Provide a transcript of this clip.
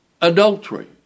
adultery